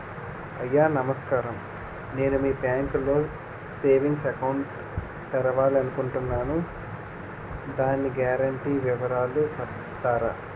అయ్యా నమస్కారం నేను మీ బ్యాంక్ లో సేవింగ్స్ అకౌంట్ తెరవాలి అనుకుంటున్నాను దాని గ్యారంటీ వివరాలు చెప్తారా?